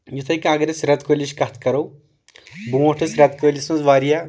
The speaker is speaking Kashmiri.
یِتھے کٔنۍ اگر أسۍ رٮ۪تہٕ کٲلِچ کتھ کرو برٛونٛٹھ ٲسۍ رٮ۪تہٕ کٲلِس منٛز واریاہ